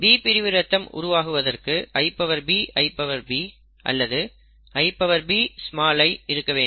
B பிரிவு இரத்தம் உருவாகுவதற்கு IB IB அல்லது IB i இருக்கவேண்டும்